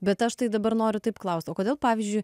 bet aš tai dabar noriu taip klaust o kodėl pavyzdžiui